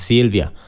Silvia